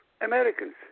Americans